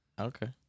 Okay